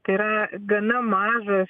tai yra gana mažas